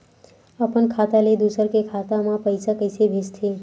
अपन खाता ले दुसर के खाता मा पईसा कइसे भेजथे?